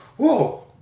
Whoa